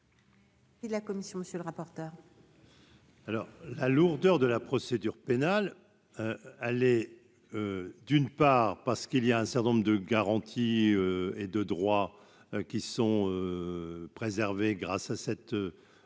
la lourdeur de la procédure pénale, allez, d'une part parce qu'il y a un certain nombre de garanties et de droits qui sont préservés grâce à cette et